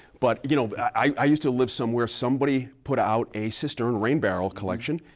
but you know i used to live somewhere somebody put out a cistern, rain barrel collection.